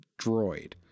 droid